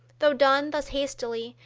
though done thus hastily,